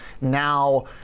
now